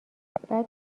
بعد